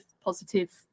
positive